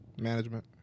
management